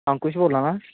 अंकुश बोला ना